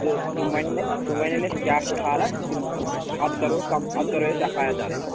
تہٕ تٕم وَنن اَسہِ تٕم ونن اسہِ کیٛاہ چھِ حالت اَدٕ کَرو أسۍ اَتھ کرو أسۍ ایف آی آر درٕج